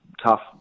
tough